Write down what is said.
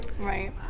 Right